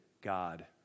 God